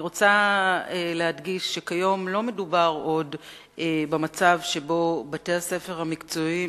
אני רוצה להדגיש שכיום לא מדובר עוד במצב שבו בתי-הספר המקצועיים,